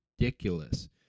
ridiculous